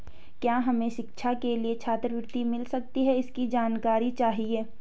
क्या हमें शिक्षा के लिए छात्रवृत्ति मिल सकती है इसकी जानकारी चाहिए?